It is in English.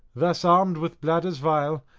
thus armed with bladders vile,